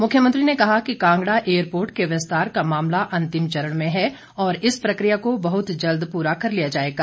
मुख्यमंत्री ने कहा कि कांगड़ा एयरपोर्ट के विस्तार का मामला अंतिम चरण में हैं और इस प्रक्रिया को बहुत जल्द पूरा कर लिया जाएगा